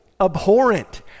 abhorrent